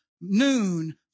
noon